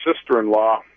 sister-in-law